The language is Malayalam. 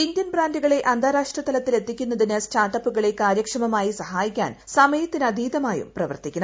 ഇന്ത്യൻ ബ്രാൻഡുകളെ അന്താരാഷ്ട്ര തലത്തിൽ എത്തിക്കുന്നതിന് സ്റ്റാർട്ടപ്പുകളെ കാര്യക്ഷമമായി സഹായിക്കാൻ സമയത്തിന് അതീതമായും പ്രവർത്തിക്കണം